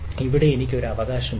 ഇവിടെ എനിക്ക് ഒരു അവകാശമുണ്ട്